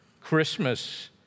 Christmas